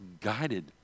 guided